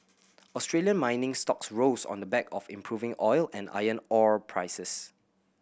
Australian mining stocks rose on the back of improving oil and iron ore prices